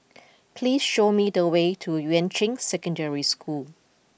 please show me the way to Yuan Ching Secondary School